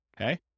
okay